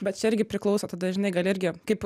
bet čia irgi priklauso tada žinai gal irgi kaip